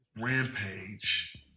Rampage